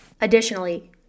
Additionally